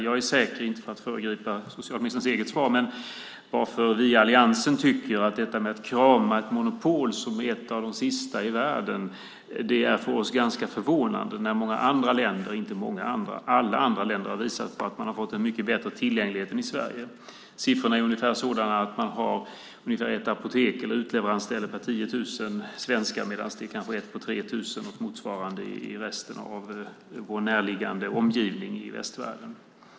Jag ska inte föregripa socialministerns eget svar, men vi i alliansen tycker att ett krav på ett monopol, ett av de sista i världen, är förvånande när alla andra länder har visat att de har fått en bättre tillgänglighet än i Sverige. Siffrorna är sådana att det finns ett apotek eller utleveransställe per 10 000 svenskar, medan det kan vara ett per 3 000 och motsvarande i resten av vår närliggande omgivning i västvärlden.